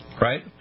Right